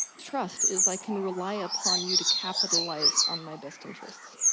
trust is i can rely upon you to capitalize on my best interests.